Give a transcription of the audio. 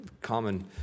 common